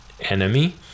enemy